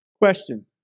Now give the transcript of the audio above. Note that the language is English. Question